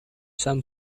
some